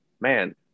man